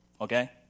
Okay